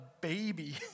baby